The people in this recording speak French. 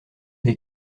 des